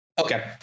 Okay